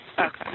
Okay